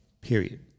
Period